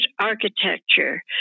architecture